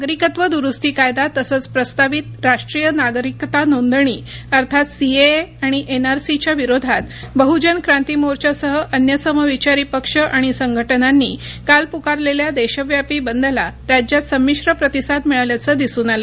नागरिकत्व दुरुस्ती कायदा तसंच प्रस्तावित राष्ट्रीय नागरिकता नोंदणी अर्थात सीएए आणि एनआरसीच्या विरोधात बहजन क्रांती मोर्चासह अन्य समविचारी पक्ष आणि संघटनांनी काल प्कारलेल्या देशव्यापी बंदला राज्यात संमिश्र प्रतिसाद मिळाल्याचं दिसून आलं